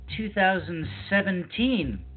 2017